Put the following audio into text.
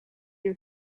your